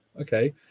okay